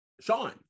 sean